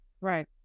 Right